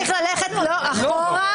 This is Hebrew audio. אתה צריך ללכת אחורה,